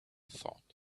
thought